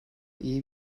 iyi